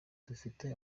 dufite